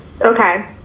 Okay